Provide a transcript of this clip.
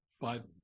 five